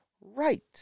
right